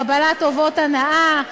קבלת טובות הנאה,